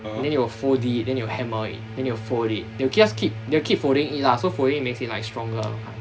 and then they will fold it then they will hammer it then they will fold it they will just keep they will keep folding it lah so folding it makes it like stronger kind of thing